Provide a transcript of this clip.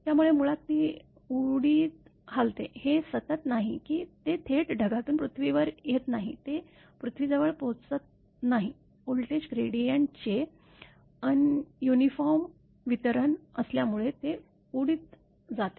त्यामुळे मुळात ती उडीत हलते हे सतत नाही की ते थेट ढगातून पृथ्वीवर येत नाही ते पृथ्वीजवळ पोहोचत नाही व्होल्टेज ग्रेडिएंटचे अन युनिफ ऑर्म वितरण असल्यामुळे ते उडीत जाते